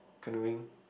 canoeing